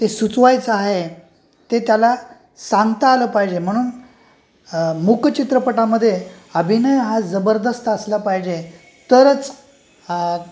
ते सुचवायचं आहे ते त्याला सांगता आलं पाहिजे म्हणून मुक चित्रपटामध्ये अभिनय हा जबरदस्त असला पाहिजे तरच